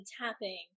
tapping